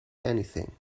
anything